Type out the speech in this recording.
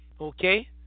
okay